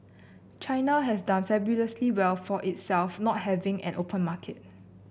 China has done fabulously well for itself not having an open market